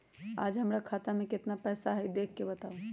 आज हमरा खाता में केतना पैसा हई देख के बताउ?